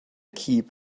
keep